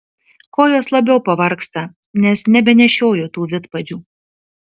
kojos labiau pavargsta nes nebenešioju tų vidpadžių